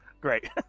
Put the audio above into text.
Great